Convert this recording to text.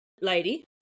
lady